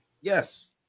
Yes